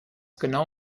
genau